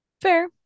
Fair